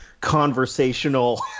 conversational